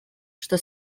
что